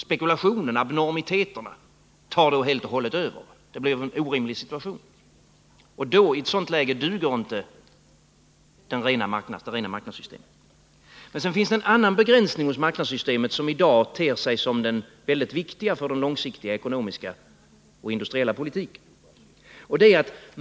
Spekulationerna och abnormiteterna tar då helt och hållet överhand, och det uppstår en orimlig situation. I ett sådant läge duger inte det rena marknadssystemet. Men sedan finns det också en annan begränsning hos marknadssystemet som i dag ter sig som mycket viktig för den långsiktiga ekonomiska och industriella politiken.